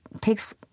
takes